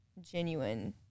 genuine